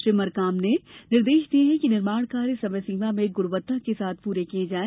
श्री मरकाम ने निर्देश दिये कि निर्माण कार्य समय सीमा में गुणवत्ता के साथ पूर्ण किये जायें